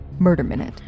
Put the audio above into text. murderminute